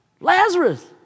Lazarus